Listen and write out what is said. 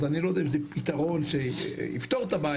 אז אני לא יודע אם זה פיתרון שיפתור את הבעיה,